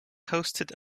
hosted